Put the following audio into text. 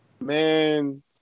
Man